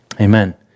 Amen